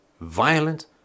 violent